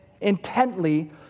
intently